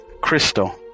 crystal